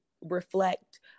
reflect